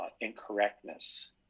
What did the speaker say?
incorrectness